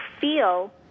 feel